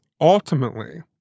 ultimately